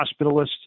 Hospitalist